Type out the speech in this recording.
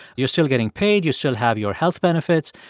you're still getting paid. you still have your health benefits.